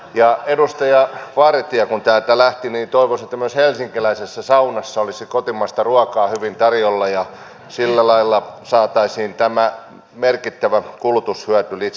edustaja vartia hän täältä lähti toivoisin että myös helsinkiläisessä saunassa olisi kotimaista ruokaa hyvin tarjolla ja sillä lailla saataisiin tämä merkittävä kulutushyötylisä